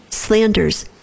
Slanders